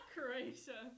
Croatia